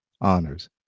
honors